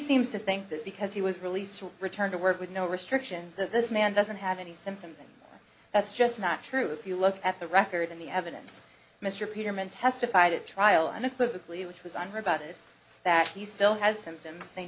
seems to think that because he was released to return to work with no restrictions that this man doesn't have any symptoms and that's just not true if you look at the record and the evidence mr peterman testified at trial and equivocally which was on her about it that he still has symptoms they